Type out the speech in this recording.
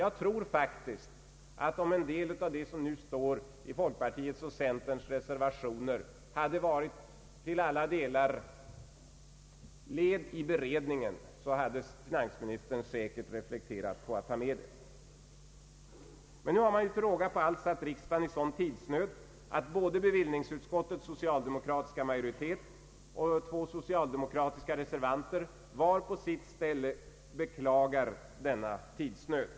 Jag tror faktiskt att om en del av det som nu står i folkpartiets och centerns reservationer hade varit med i beredningen, så hade finansministern säkert reflekterat på att ta med det. Nu har man till råga på allt försatt riksdagen i en sådan tidsnöd att både bevillningsutskottets socialdemokratiska majoritet och två socialdemokratiska reservanter var på sitt håll beklagar denna tidsnöd.